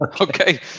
Okay